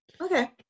okay